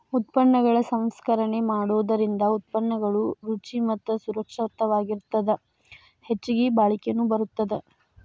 ಉತ್ಪನ್ನಗಳ ಸಂಸ್ಕರಣೆ ಮಾಡೋದರಿಂದ ಉತ್ಪನ್ನಗಳು ರುಚಿ ಮತ್ತ ಸುರಕ್ಷಿತವಾಗಿರತ್ತದ ಹೆಚ್ಚಗಿ ಬಾಳಿಕೆನು ಬರತ್ತದ